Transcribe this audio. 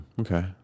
Okay